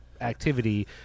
activity